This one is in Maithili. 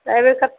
एहिबेर कते